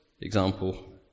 example